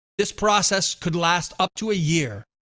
this process could last up to a year.